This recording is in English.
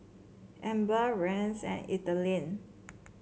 Amber Rance and Ethelene